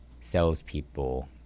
salespeople